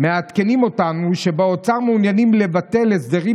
מעדכנים אותנו שבאוצר מעוניינים לבטל הסדרים